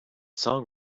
song